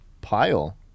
pile